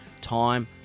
time